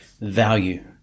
value